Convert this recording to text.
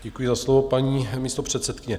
Děkuji za slovo, paní místopředsedkyně.